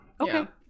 Okay